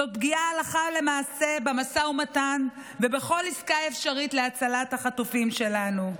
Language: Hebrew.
זאת פגיעה הלכה למעשה במשא ומתן ובכל עסקה אפשרית להצלת החטופים שלנו.